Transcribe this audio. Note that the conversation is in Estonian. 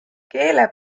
keele